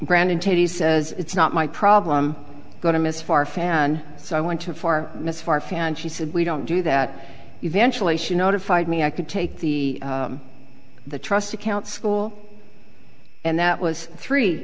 granted he says it's not my problem going to miss far fan so i went to four miss for fan she said we don't do that eventually she notified me i could take the the trust account school and that was three